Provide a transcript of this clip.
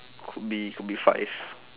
could be could be five